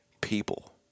people